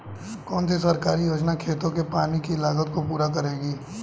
कौन सी सरकारी योजना खेतों के पानी की लागत को पूरा करेगी?